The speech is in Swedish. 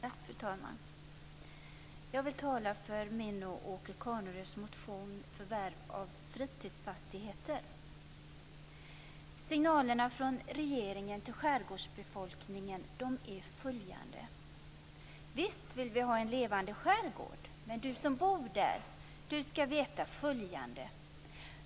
Fru talman! Jag vill tala för min och Åke Carnerös motion, Förvärv av fritidsfastigheter. Signalerna från regeringen till skärgårdsbefolkningen är följande: Visst vill vi ha en levande skärgård, men du som bor där ska veta följande.